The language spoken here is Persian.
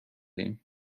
ایم